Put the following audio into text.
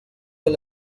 del